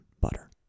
butter